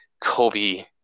Kobe